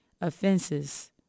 offenses